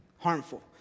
harmful